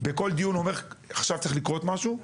בכל דיון אומר, עכשיו צריך לקרות משהו,